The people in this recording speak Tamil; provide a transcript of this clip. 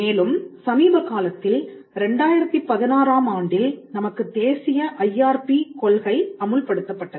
மேலும் சமீபகாலத்தில் 2016 ஆம் ஆண்டில் நமக்குத் தேசிய ஐஆர்பி கொள்கை அமுல்படுத்தப்பட்டது